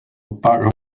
part